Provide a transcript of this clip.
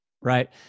Right